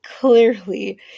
clearly